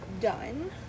done